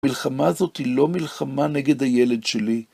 המלחמה הזאת היא לא מלחמה נגד הילד שלי.